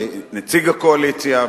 כנציג הקואליציה,